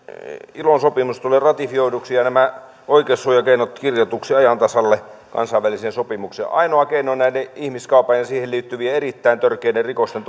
ilon sopimus tulee ratifioiduksi ja nämä oikeussuojakeinot kirjatuiksi ajan tasalle kansainväliseen sopimukseen ainoa keino ihmiskaupan ja siihen liittyvien erittäin törkeiden rikosten